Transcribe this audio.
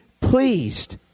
pleased